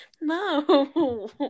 No